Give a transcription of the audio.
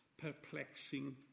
perplexing